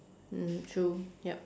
mm true yup